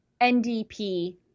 NDP